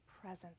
presence